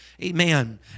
Amen